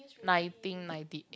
nineteen ninety eight